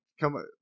come